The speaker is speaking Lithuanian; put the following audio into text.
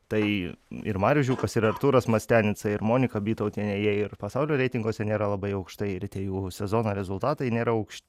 tai ir marius žiūkas ir arturas mastianica ir monika bytautienė jie ir pasaulio reitinguose nėra labai aukštai ir tie jų sezono rezultatai nėra aukš